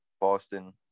Boston –